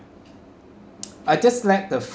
I just like the